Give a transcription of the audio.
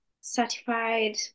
certified